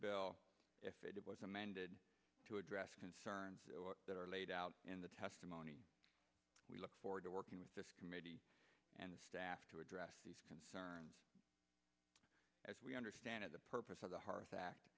bill if it was amended to address concerns that are laid out in the testimony we look forward to working with the committee and the staff to address these concerns as we understand it the purpose of the hearth act